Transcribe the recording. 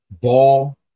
ball